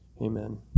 amen